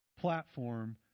platform